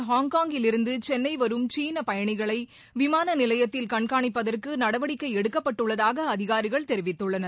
ஹாங்காங்கிலிருந்து சென்னை வரும் சீன பயணிகளை விமான நிலையத்தில் கண்காணிப்பதற்கு நடவடிக்கை எடுக்கப்பட்டுள்ளதாக அதிகாரிகள் தெரிவித்துள்ளனர்